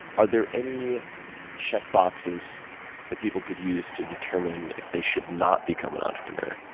are there any checkboxes that people could use to determine if they should not become an entrepreneur?